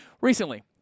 Recently